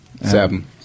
Seven